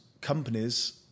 companies